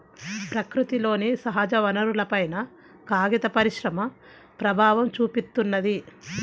ప్రకృతిలోని సహజవనరులపైన కాగిత పరిశ్రమ ప్రభావం చూపిత్తున్నది